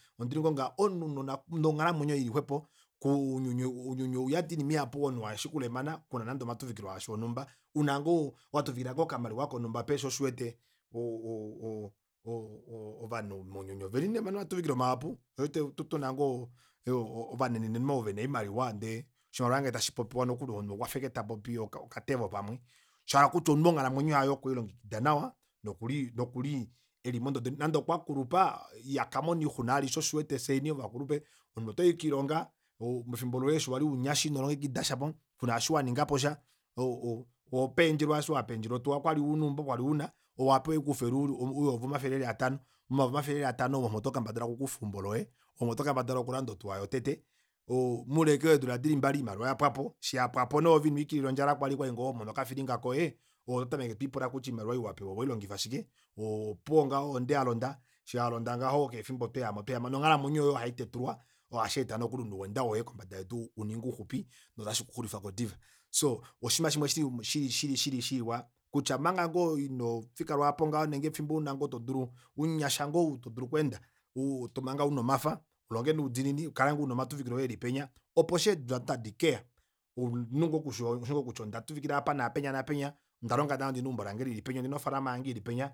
Ondili ngoo ngaho omunhu ounona nonghalamwenyo ili xwepo ounyuni ounyuni ouyadi oinima ihapu omunhu uheshi kulemana kuna nande omatuvikilo asha onumba una ngoo watuvikila ngoo okamaliwa konhumba pee shoo osho uwete o- o- o- o- o- ovanhu mounyuni oveli ovena omatuvikilo mahapu shoo osho uwete tuna ngoo ovanenenhu ovo vena oimaliwa ndee oshimaliwa ngee tashipopiwa omunhu okwafa ashike tapopi okatevo pamwe shaala kutya omunhu onghalamwenyo yaye okwe ilongekida nawa no nokuli nokuli elimododo nande okwa kulupa shoo osho uwete ihakamona oixuna vali shoo osho uwete fyeni ovakulupe omunhu otoyi koilonga mefimbo loye eshi wali omunyasha ino longekidasha kuna eshi waningaposha o- o- owa pendjelwa eshi wapendjelwa kwali una otuwa embo kwali una ove owapewa ashike ouyovi omafele eli atanho omayovi omafele eli a tanho omo omo tokendabala okukufa eumbo loye omo tokendabala okulanda otuwa yotete oo moule ashike weedula dili mbali oimaliwa oyapwapo eshi yapwapo nee ove ino ikilila ondjala kwali okwali ngoo homono okafilinga koye ove oto tameke twiipula kuty aoimaliwa ei wapewa oweilongifa shike opuwo ngaho ohonde yalonda eshi yalonda ngaho keshe efimbo otwehama twehama nonghalamwenyo yoye ohaitetulwa ohasheeta nokuli noweenda woye kombada yedu uninge uxupi notashi kuxulifako diva. soo oshinima shimwe shili shili shiwa kutya omanga ngoo inofika lwaapo ngaho nenge fimbo una ngoo todulu umunyasha ngoo ou todulu okweenda oo omanga una omafa ulonge noudiinini ukale ngoo una omatuvikilo oye eli penya opo eshi eedula ado tadikeya oshingoo kutya onda tuvikila apa naapenya ondalonga nawa ondina eumbo lange lilipenya ondina ofalama yange ili penya